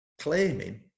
Claiming